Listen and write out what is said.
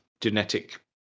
genetic